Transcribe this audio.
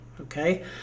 Okay